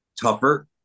tougher